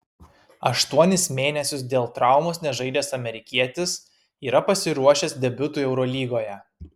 aštuonis mėnesius dėl traumos nežaidęs amerikietis yra pasiruošęs debiutui eurolygoje